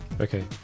okay